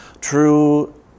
True